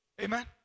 amen